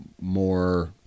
more